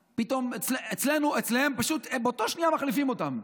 פתאום, אצלם, פשוט באותה שנייה מחליפים אותן.